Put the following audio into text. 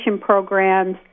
programs